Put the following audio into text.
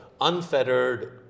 unfettered